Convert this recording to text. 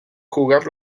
jugar